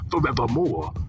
forevermore